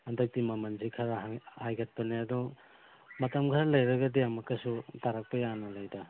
ꯍꯟꯗꯛꯇꯤ ꯃꯃꯜꯁꯤ ꯈꯔ ꯍꯥꯏꯒꯠꯄꯅꯦ ꯑꯗꯣ ꯃꯇꯝ ꯈꯔ ꯂꯩꯔꯒꯗꯤ ꯑꯃꯨꯛꯀꯁꯨ ꯇꯥꯔꯛꯄ ꯌꯥꯅ ꯂꯩꯗ